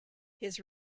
his